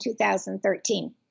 2013